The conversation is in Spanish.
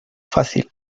fácil